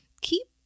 keep